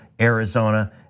Arizona